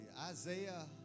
Isaiah